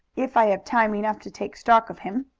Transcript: if i have time enough to take stock of him.